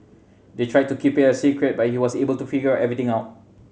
they tried to keep it a secret but he was able to figure everything out